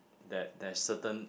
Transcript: that that certain